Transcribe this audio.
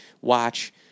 watch